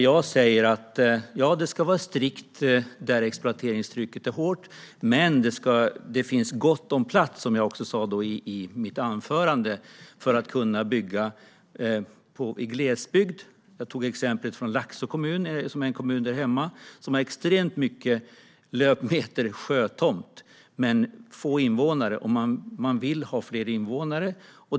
Ja, det ska vara strikt där exploateringstrycket är hårt, men det finns gott om plats, som jag sa i mitt anförande, för att bygga i glesbygd. Jag tog upp exemplet från min hemkommun Laxå, som har extremt många löpmeter sjötomt men få invånare. Kommunen vill ha fler invånare.